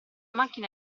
macchina